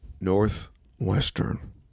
Northwestern